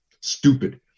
stupid